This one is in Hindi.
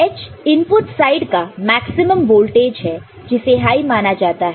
VIH इनपुट साइड का मैक्सिमम वोल्टेजहै जिसे हाई माना जाता है